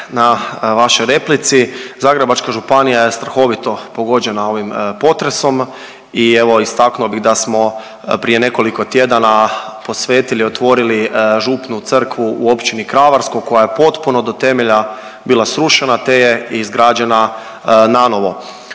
na vašoj replici. Zagrebačka županija je strahovito pogođena ovim potresom i evo istaknuo bi da smo prije nekoliko tjedana posvetili, otvorili Župnu crkvu u Općini Kravarsko koja je potpuno do temelja bila srušena te je izgrađena nanovo.